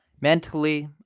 mentally